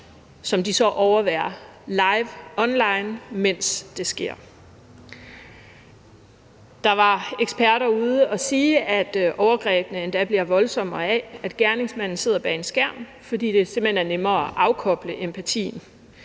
som de så overværede live online, mens det skete. Der var eksperter ude at sige, at overgrebene endda bliver voldsommere af, at gerningsmanden sidder bag en skærm, fordi det simpelt hen er nemmere at afkoble empatien.